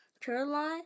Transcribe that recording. Caroline